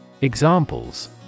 Examples